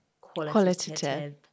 Qualitative